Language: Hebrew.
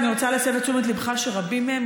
אני רוצה להסב את תשומת ליבך לכך שרבים מהם